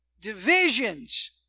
Divisions